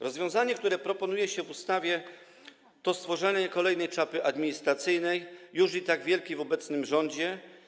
Rozwiązanie, które proponuje się w ustawie, to stworzenie kolejnej czapy administracyjnej, już i tak wielkiej w obecnym rządzie.